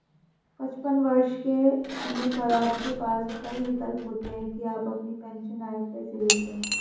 पचपन वर्ष के होने पर आपके पास कई विकल्प होते हैं कि आप अपनी पेंशन आय कैसे लेते हैं